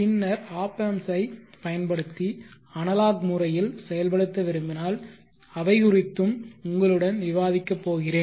பின்னர் op amps ஐ பயன்படுத்தி அனலாக் முறையில் செயல்படுத்த விரும்பினால் அவை குறித்தும் உங்களுடன் விவாதிக்க போகிறேன்